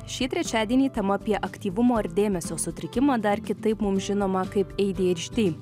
šį trečiadienį tema apie aktyvumo ir dėmesio sutrikimą dar kitaip mums žinomą kaip adhd